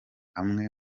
amwe